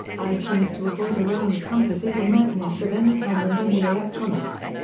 items to avoid around compasses are magnets of any kind and any electronics.